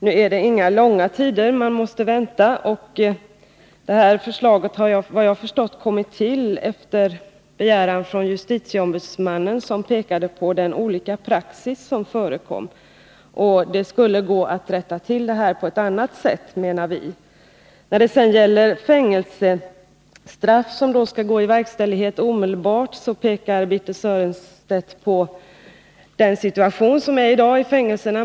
Nu är det inga långa tider man måste vänta, och det här förslaget har, efter vad jag har förstått, kommit till efter begäran från justitieombudsmannen, som pekat på den olika praxis som förekommer. Det skulle gå att rätta till det här på ett annat sätt, menar vi. När det sedan gäller fängelsestraff, som skall gå i verkställighet omedelbart, pekar Birthe Sörestedt på den situation som råder i dag i fängelserna.